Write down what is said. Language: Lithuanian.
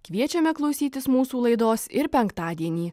kviečiame klausytis mūsų laidos ir penktadienį